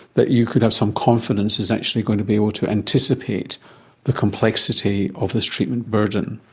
that you could have some confidence is actually going to be able to anticipate the complexity of this treatment burden?